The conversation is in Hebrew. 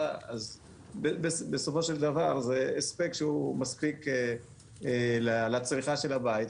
אז בסופו של דבר זה הספק שהוא מספיק לצריכה של הבית.